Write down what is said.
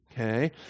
Okay